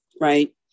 right